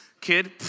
Kid